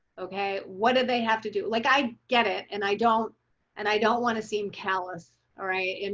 okay, what do they have to do. like, i get it. and i don't and i don't want to seem callous. all right. and